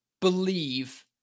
believe